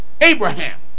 Abraham